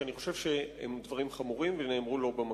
שאני חושב שהם דברים חמורים ונאמרו לא במקום.